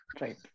Right